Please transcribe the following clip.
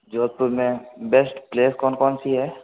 जोधपुर मे best place कौन कौनसी है